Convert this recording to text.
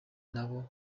nabo